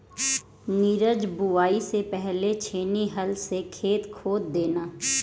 नीरज बुवाई से पहले छेनी हल से खेत खोद देना